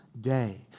day